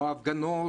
או הפגנות,